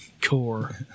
core